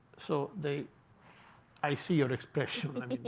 so they i see your expression.